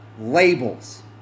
labels